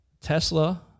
Tesla